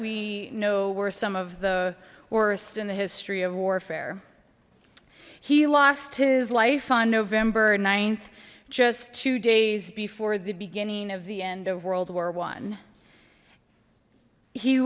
we know were some of the worst in the history of warfare he lost his life on november th just two days before the beginning of the end of world war one he